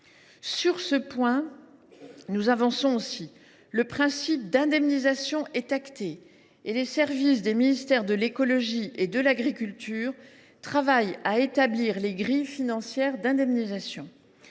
Sur la réparation, nous avançons aussi : le principe d’indemnisation est acté et les services des ministères de l’écologie et de l’agriculture travaillent à établir les grilles financières d’indemnisation.